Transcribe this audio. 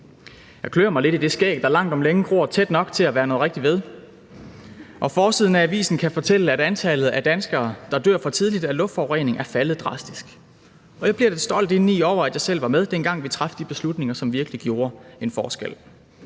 Jeg klør mig lidt i det skæg, der langt om længe gror tæt nok til at være noget rigtigt ved. Forsiden af avisen kan fortælle, at antallet af danskere, der dør for tidligt af luftforurening, er faldet drastisk. Og jeg bliver lidt stolt over, at jeg selv var med, dengang vi traf de beslutninger, som virkelig gjorde en forskel.